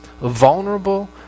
Vulnerable